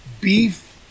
beef